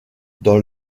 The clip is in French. dans